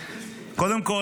קודם כול,